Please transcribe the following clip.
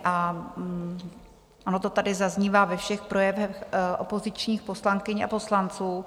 A ono to tady zaznívá ve všech projevech opozičních poslankyň a poslanců.